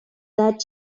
that